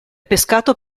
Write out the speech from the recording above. pescato